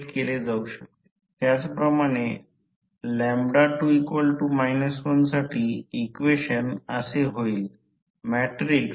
तर फक्त येथे पर्याय जर त्याऐवजी ते R2 असेल आणि आम्हाला माहित आहे की आम्ही या रोहीत्र K N1 N2